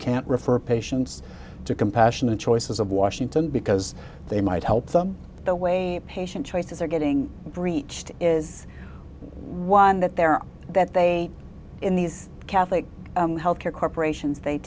can't refer patients to compassion and choices of washington because they might help them the way patient choices are getting breached is one that there are that they in these catholic health care corporations they